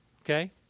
Okay